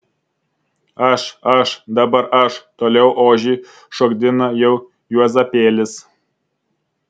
aš aš dabar aš toliau ožį šokdina jau juozapėlis